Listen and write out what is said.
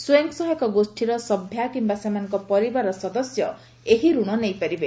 ସ୍ୱୟଂ ସହାୟକ ଗୋଷୀର ସଭ୍ୟା କିମ୍ଘା ସେମାନଙ୍କ ପରିବାରର ସଦସ୍ୟ ଏହି ଋଣ ନେଇପାରିବେ